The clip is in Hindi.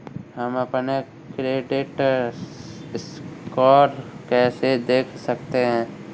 हम अपना क्रेडिट स्कोर कैसे देख सकते हैं?